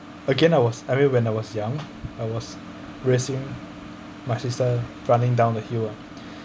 again I was I mean when I was young I was racing my sister running down the hill ah